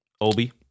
Obi